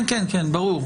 כן, ברור.